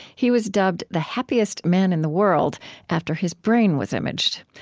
he was dubbed the happiest man in the world after his brain was imaged.